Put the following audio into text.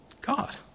God